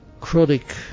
chronic